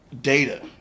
data